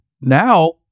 now